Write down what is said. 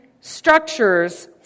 structures